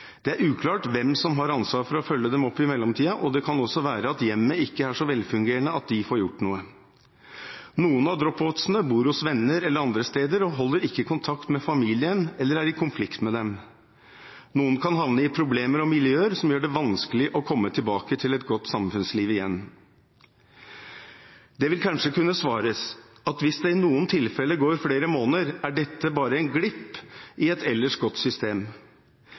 Det er uklart hvem som har ansvar for å følge dem opp i mellomtiden, og det kan også være at hjemmet ikke er så velfungerende at de får gjort noe. Noen av drop-out-elevene bor hos venner eller andre steder og holder ikke kontakt med familien, eller er i konflikt med dem. Noen kan havne i problemer og miljøer som gjør det vanskelig å komme tilbake til et godt samfunnsliv igjen. Det vil kanskje kunne svares at hvis det i noen tilfeller går flere måneder, er dette bare en glipp i et ellers godt system.